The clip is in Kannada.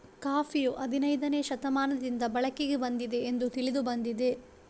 ಕಾಫಿಯು ಹದಿನೈದನೇ ಶತಮಾನದಿಂದ ಬಳಕೆಗೆ ಬಂದಿದೆ ಎಂದು ತಿಳಿದು ಬಂದಿದೆ